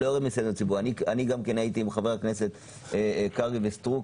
הייתי עם חברי הכנסת קרעי וסטרוק